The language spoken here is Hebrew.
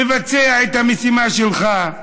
מבצע את המשימה שלך,